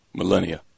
millennia